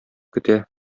көтә